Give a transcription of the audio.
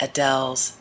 Adele's